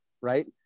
right